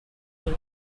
day